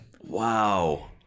Wow